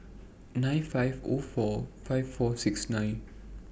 nine five O four five four six nine